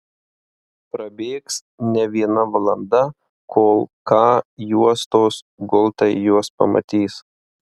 prabėgs ne viena valanda kol k juostos gultai juos pamatys